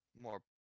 more